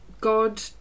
God